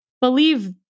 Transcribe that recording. believe